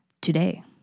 today